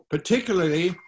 Particularly